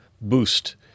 boost